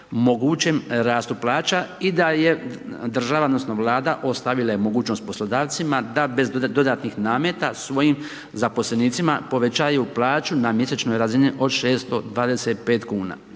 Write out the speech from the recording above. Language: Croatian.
mogućem rastu plaća i da je država odnosno, vlada ostavila je mogućnost poslodavcima da bez dodatnih nameta svojim zaposlenicima povećaju plaću na mjesečnoj razini od 625 kn.